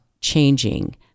changing